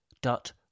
dot